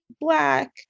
black